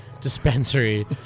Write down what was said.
dispensary